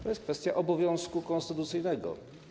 To jest kwestia obowiązku konstytucyjnego.